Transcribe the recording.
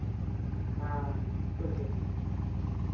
हाँ ऑटो चाहिए